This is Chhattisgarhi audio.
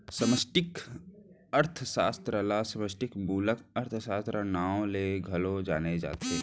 समस्टि अर्थसास्त्र ल समस्टि मूलक अर्थसास्त्र, नांव ले घलौ जाने जाथे